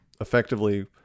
effectively